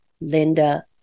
Linda